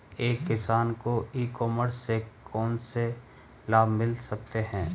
एक किसान को ई कॉमर्स के कौनसे लाभ मिल सकते हैं?